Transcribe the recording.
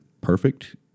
perfect